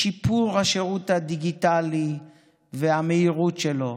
שיפור השירות הדיגיטלי והמהירות שלו,